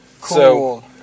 Cool